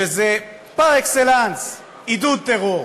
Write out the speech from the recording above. שזה פר-אקסלנס עידוד טרור,